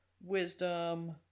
wisdom